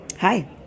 Hi